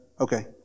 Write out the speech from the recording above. Okay